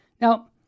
Now